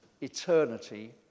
eternity